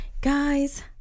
Guys